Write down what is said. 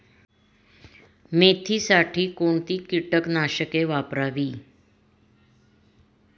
मेथीसाठी कोणती कीटकनाशके वापरावी?